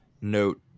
note